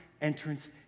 entrance